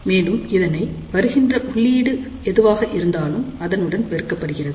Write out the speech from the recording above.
மேலும் இதனை வருகின்ற உள்ளீடு எதுவாக இருந்தாலும் அதனுடன் பெருக்கப்படுகிறது